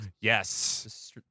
Yes